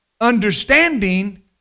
Understanding